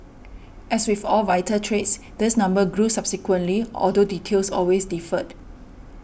as with all vital trades this number grew subsequently although details always differed